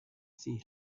see